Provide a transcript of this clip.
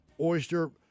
Oyster